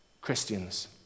Christians